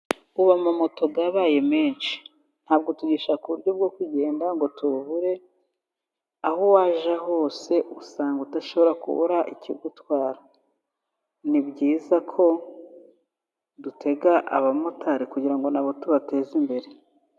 Ubu amamoto yabaye menshi, ntabwo tugishaka uburyo bwo kugenda ngo tububure, aho wajya hose usanga udashobora kubura ikigutwara, ni byiza ko dutega abamotari kugira ngo na bo tubateze imbere.